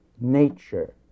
nature